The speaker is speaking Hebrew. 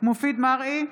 מופיד מרעי,